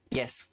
yes